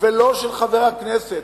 ולא של חבר הכנסת.